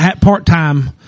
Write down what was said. part-time